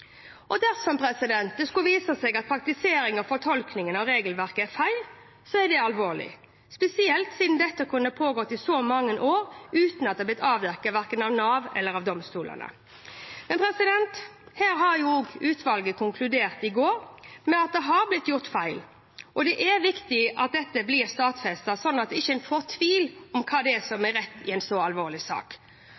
fortolkningen av regelverket er feil, er det alvorlig, spesielt siden dette har kunnet pågå i så mange år uten at dette har blitt avdekket av verken Nav eller domstolene. På dette punktet har utvalget konkludert med at det har blitt gjort feil. Det er viktig at dette blir stadfestet, slik at en ikke får tvil om hva som